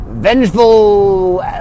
vengeful